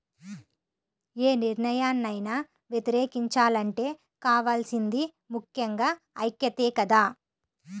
యే నిర్ణయాన్నైనా వ్యతిరేకించాలంటే కావాల్సింది ముక్కెంగా ఐక్యతే కదా